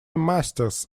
masters